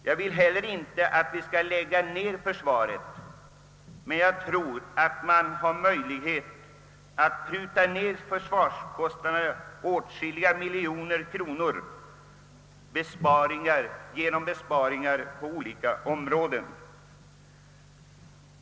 Jag vill heller inte att vi skall lägga ner försvaret, men jag tror att det är möjligt att skära ned försvarskostnaderna med åtskilliga miljoner kronor genom besparingar på olika områden.